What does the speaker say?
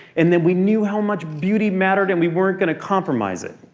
and then we knew how much beauty mattered and we weren't gonna compromise it.